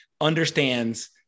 understands